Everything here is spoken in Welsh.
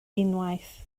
unwaith